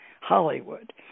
Hollywood